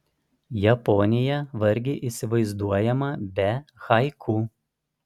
japonija vargiai įsivaizduojama be haiku